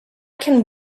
can